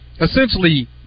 essentially